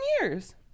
years